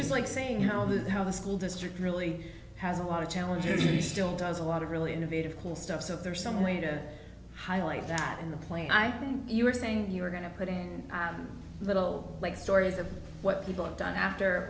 was like saying how the how the school district really has a lot of challenges you still does a lot of really innovative cool stuff so there's some way to highlight that in the play i mean you were saying you were going to put in little like stories of what people have done after